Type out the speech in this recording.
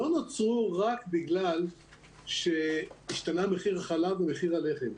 לא נוצרו רק בגלל שהשתנה מחיר החלב או מחיר הלחם.